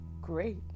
Great